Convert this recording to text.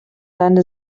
deine